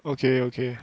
okay okay